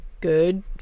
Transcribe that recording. good